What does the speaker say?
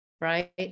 right